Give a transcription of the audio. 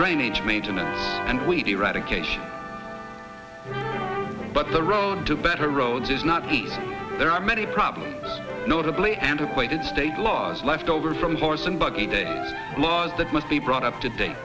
drainage maintenance and weed eradication but the road to better road is not the there are many problems notably antiquated state laws left over from horse and buggy day laws that must be brought up to date